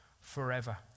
forever